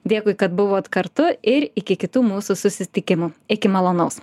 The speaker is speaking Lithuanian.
dėkui kad buvot kartu ir iki kitų mūsų susitikimų iki malonaus